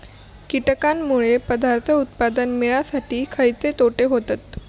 कीटकांनमुळे पदार्थ उत्पादन मिळासाठी खयचे तोटे होतत?